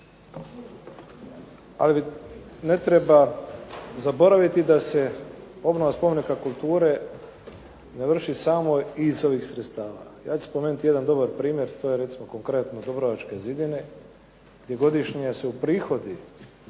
ali ne treba zaboraviti da se obnova spomenika kulture ne vrši samo iz ovih sredstava. Ja ću spomenuti jedan dobar primjer, to je recimo konkretno dubrovačke zidine gdje godišnje se uprihodi